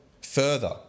further